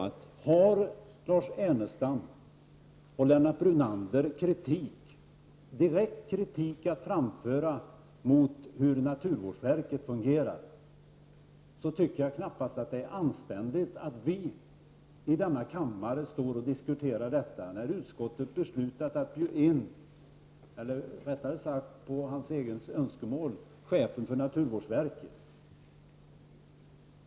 Om Lars Ernestam och Lennart Brunander har direkt kritik att framföra mot hur naturvårdsverket fungerar, då tycker jag knappast att det är anständigt att vi i denna kammare diskuterar den saken. Utskottet har beslutat att på hans egen begäran bjuda in chefen för naturvårdsverket.